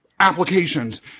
applications